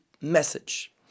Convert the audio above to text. message